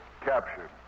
Captured